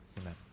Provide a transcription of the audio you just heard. Amen